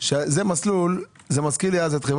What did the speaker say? זה מזכיר לי את חברות